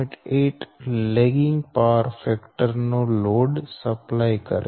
8 lagging power factor નો load supply કરે છે